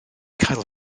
cael